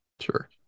Sure